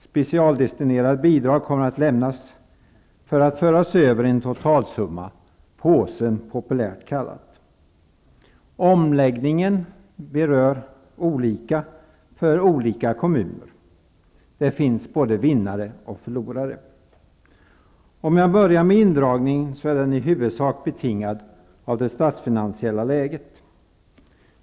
Specialdestinerade bidrag kommer att lämnas för att föras över i en totalsumma, påsen populärt kallad. Omläggningen slår olika för olika kommuner. Det finns både vinnare och förlorare. Indragningen är i huvudsak betingad av det statsfinansiella läget.